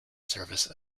service